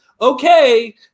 okay